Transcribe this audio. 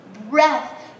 breath